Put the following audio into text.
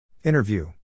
Interview